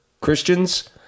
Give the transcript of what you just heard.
Christians